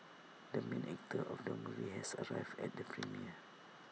the main actor of the movie has arrived at the premiere